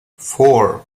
four